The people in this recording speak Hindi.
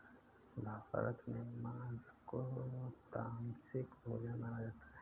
भारत में माँस को तामसिक भोजन माना जाता है